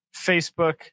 Facebook